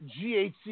GHC